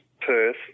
Perth